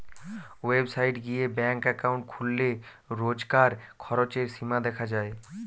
website গিয়ে bank account খুললে রোজকার খরচের সীমা দেখা যায়